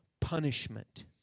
punishment